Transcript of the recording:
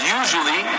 usually